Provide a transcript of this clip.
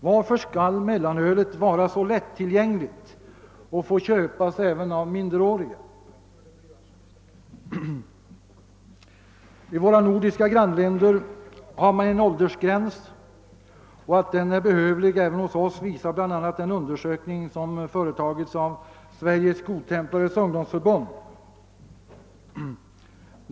Varför skall mellanölet vara så lättillgängligt och få köpas även av minderåriga? I våra nordiska grannländer har man en åldersgräns, och att den är behövlig även hos oss visar bl.a. den undersökning som företagits av Sveriges godtemplares ungdomsförbund.